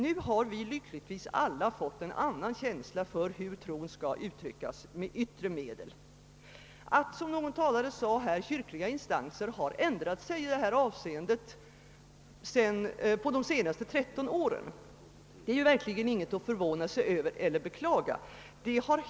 Nu har lyckligtvis alla fått en annan känsla för hur tron skall uttryckas med yttre medel. Att, som någon talare sade, kyrkliga instanser har ändrat sig i det här avseendet på de senaste tretton åren, är verkligen ingenting att förvåna eller beklaga sig över.